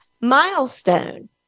milestone